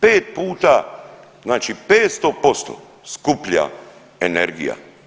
Pet puta, znači 500% skuplja energija.